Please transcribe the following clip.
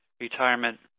retirement